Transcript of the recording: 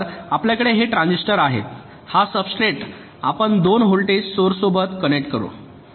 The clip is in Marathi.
तर आपल्याकडे हे ट्रान्झिस्टर आहेत हा सब्सट्रेट आपण दोन व्होल्टेज सोर्स सोबत कनेक्ट करता